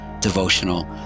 devotional